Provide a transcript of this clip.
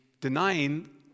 denying